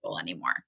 anymore